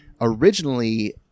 originally